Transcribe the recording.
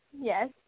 Yes